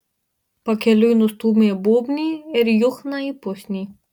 pakeliui nustūmė būbnį ir juchną į pusnį